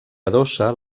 adossa